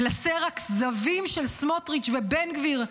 קלסר הכזבים של סמוטריץ' ובן גביר,